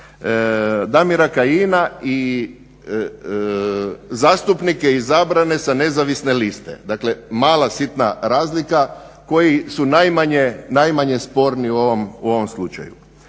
Damira Kajina i zastupnike izabrane sa nezavisne liste, dakle mala sitna razlika, koji su najmanje sporni u ovom slučaju.